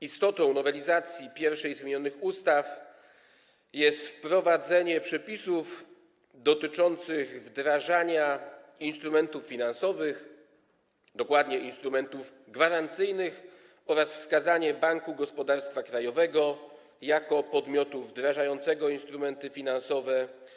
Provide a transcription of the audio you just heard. Istotą nowelizacji pierwszej z wymienionych ustaw jest wprowadzenie przepisów dotyczących wdrażania instrumentów finansowych, dokładnie instrumentów gwarancyjnych, oraz wskazanie Banku Gospodarstwa Krajowego jako podmiotu wdrażającego instrumenty finansowe.